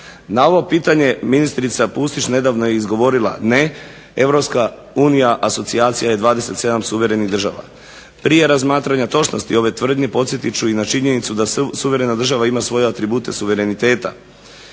Na ovo pitanje ministrica Pusić nedavno je izgovorila ne, Europska unija asocijacija je 27 suverenih država. Prije razmatranja točnosti ove tvrdnje podsjetit ću na činjenicu da suverena država ima svoje atribute suvereniteta